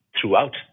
throughout